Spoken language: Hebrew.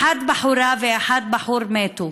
בחורה אחת ובחור אחד מתו.